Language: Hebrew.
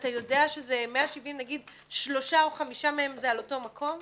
שאתה יודע שזה 170 נגיד שלושה או חמישה מהם זה על אותו מקום.